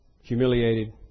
humiliated